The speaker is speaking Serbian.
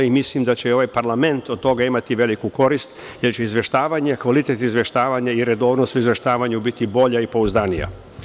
Mislim da će i ovaj parlament od toga imati veliku korist, jer će izveštavanje, kvalitet izveštavanja i redovnost u izveštavanju biti bolja i pouzdanija.